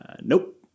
Nope